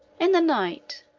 in the night,